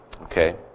Okay